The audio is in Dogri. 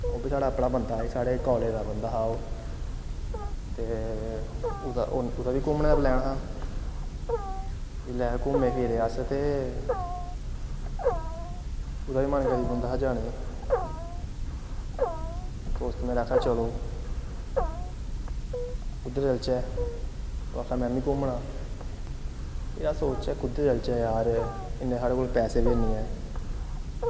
ओह् बी साढ़ा अपना गै बंदा हा साढ़े कालेज़ दा बंदा हा ते ओह्दा ओह्दा बी घूमने दा प्लैन हा जेल्लै घूमे फिरे अस ते ओह्दा बी मन करी पौंदा हा जाने गी दोस्त मेरे आक्खा दे हे चलो उद्धर चलचै में ओह् आक्खै में बी घूमना ते अस सोचचै कुद्धर चलचै यार इन्ने साढ़े कोल पैसे बी निं ऐ